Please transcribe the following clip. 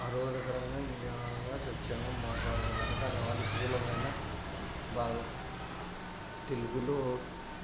ఆహ్లాదకరంగా నిదానంగా స్వచ్ఛంగా మాట్లాడటానికి అనుకూలమైన భాగం తెలుగులో